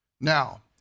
Now